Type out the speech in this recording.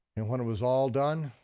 and when it was all done,